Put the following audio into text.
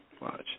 Watch